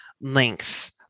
length